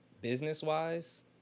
business-wise